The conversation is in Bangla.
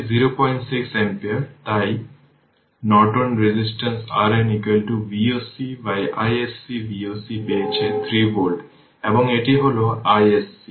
আপনি যদি চিহ্ন বা চিহ্নটি মিস করেন বা যদি কিছু ভুল হয়ে যায় তবে নিউমেরিকাল ভ্যালু একই থাকতে পারে তবে চিহ্নটি সমস্যা তৈরি করবে